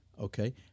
okay